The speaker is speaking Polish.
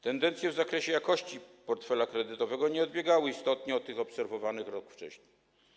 Tendencje w zakresie jakości portfela kredytowego nie odbiegały istotnie od tych obserwowanych rok wcześniej.